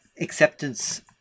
acceptance